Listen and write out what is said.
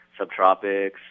Subtropics